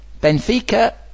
Benfica